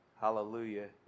hallelujah